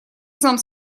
сам